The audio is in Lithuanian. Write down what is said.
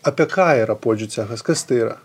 apie ką yra puodžių cechas kas tai yra